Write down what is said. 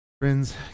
Friends